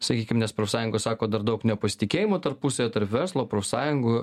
sakykim nes profsąjunga sako dar daug nepasitikėjimo tarpusavyje tarp verslo profsąjungų